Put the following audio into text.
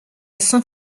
saint